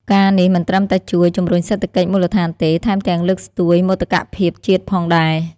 ការណ៍នេះមិនត្រឹមតែជួយជំរុញសេដ្ឋកិច្ចមូលដ្ឋានទេ ថែមទាំងលើកស្ទួយមោទកភាពជាតិផងដែរ។